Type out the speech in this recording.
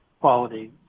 quality